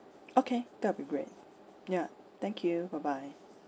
okay that will be great ya thank you bye bye